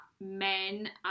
men